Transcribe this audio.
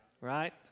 right